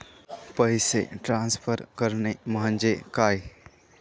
पैसे ट्रान्सफर करणे म्हणजे काय?